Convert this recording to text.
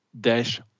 dash